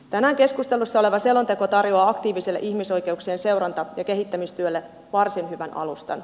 tänään keskustelussa oleva selonteko tarjoaa aktiiviselle ihmisoikeuksien seuranta ja kehittämistyölle varsin hyvän alustan